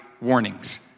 warnings